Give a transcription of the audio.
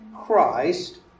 Christ